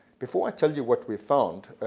before i tell you what we've found,